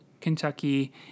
Kentucky